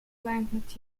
plant